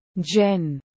jen